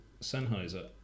Sennheiser